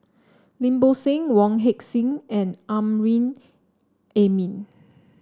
Lim Bo Seng Wong Heck Sing and Amrin Amin